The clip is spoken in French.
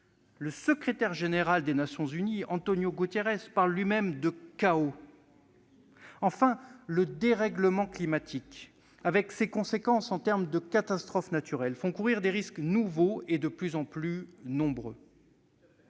Le secrétaire général des Nations unies, António Guterres, parle de « chaos ». Enfin, le dérèglement climatique et ses conséquences en termes de catastrophes naturelles font courir des risques nouveaux et de plus en plus nombreux.